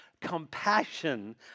compassion